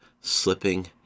slipping